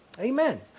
Amen